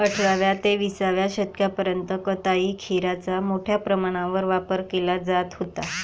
अठराव्या ते विसाव्या शतकापर्यंत कताई खेचराचा मोठ्या प्रमाणावर वापर केला जात होता